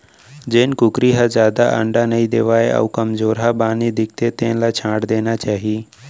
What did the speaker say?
जेन कुकरी ह जादा अंडा नइ देवय अउ कमजोरहा बानी दिखथे तेन ल छांट देना चाही